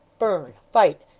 burn, fight,